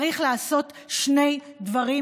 צריך לעשות שני דברים,